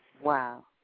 Wow